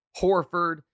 Horford